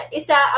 isa